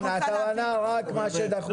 הכוונה רק מה שדחוף.